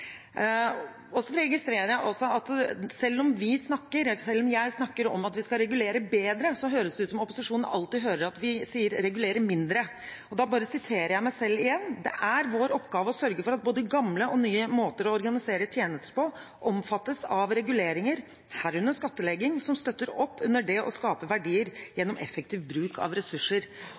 Jeg registrerer at selv om vi – eller jeg – snakker om at vi skal regulere bedre, så høres det ut som opposisjonen alltid hører at vi sier regulere mindre. Da bare siterer jeg meg selv igjen: Det er vår oppgave å sørge for at både gamle og nye måter å organisere nye tjenester på omfattes av reguleringer – herunder skattlegging – som støtter opp under det å skape verdier gjennom effektiv bruk av ressurser.